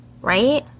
right